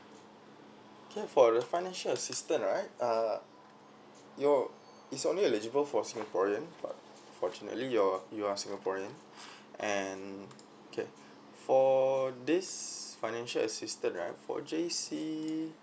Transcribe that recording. okay for the financial assistance right uh your it's only eligible for singaporean fortunately you're you are singaporean and okay for this financial assistance right for JC